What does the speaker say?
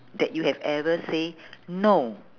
that you have ever say no